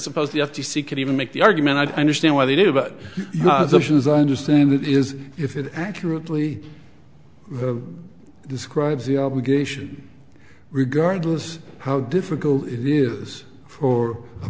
suppose the f t c could even make the argument i understand why they do but not the actions i understand that is if it accurately describes the obligation regardless how difficult it is for